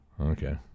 Okay